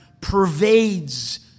pervades